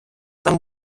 там